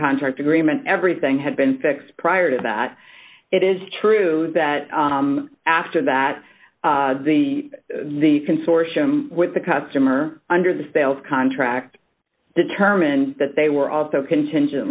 contract agreement everything had been fixed prior to that it is true that after that the the consortium with the customer under the sales contract determined that they were also contingent